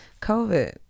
COVID